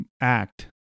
act